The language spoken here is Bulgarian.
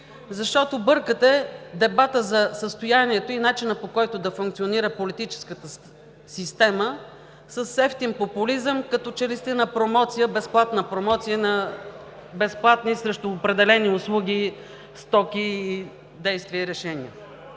защото бъркате дебата за състоянието и начина, по който да функционира политическата система, с евтин популизъм, като че ли сте на безплатна промоция срещу определени услуги, стоки, действия и решения.